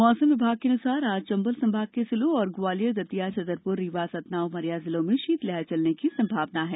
मौसम विभाग के अनुसार आज चंबल संभाग के जिलों और ग्वालियर दतिया छतरपुर रीवा सतना उमरिया जिलों में शीतलहर चलने की संभावना है